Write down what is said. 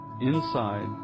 inside